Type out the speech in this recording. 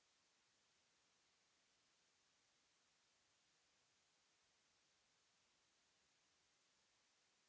Merci